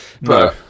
No